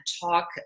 talk